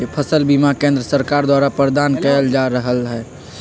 फसल बीमा केंद्र सरकार द्वारा प्रदान कएल जा रहल हइ